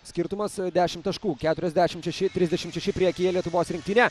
skirtumas dešimt taškų keturiasdešimt šeši trisdešimt šeši priekyje lietuvos rinktinė